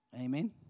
Amen